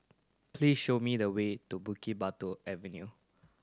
please show me the way to Bukit Batok Avenue